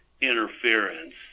interference